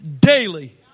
daily